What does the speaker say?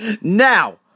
Now